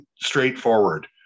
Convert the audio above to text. straightforward